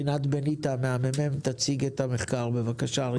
רינת בניטה מן הממ"מ תציג את המחקר, בבקשה.